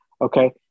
Okay